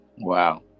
Wow